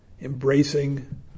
embracing